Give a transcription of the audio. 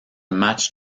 match